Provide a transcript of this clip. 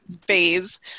phase